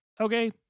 okay